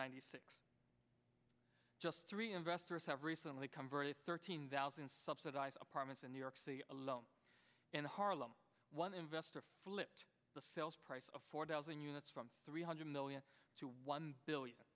ninety six just three investors have recently come very thirteen thousand subsidize apartments in new york city alone in harlem one investor flipped the sales price of four thousand units from three hundred million to one billion